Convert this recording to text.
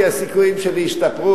כי הסיכויים שלי השתפרו.